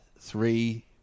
three